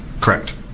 Correct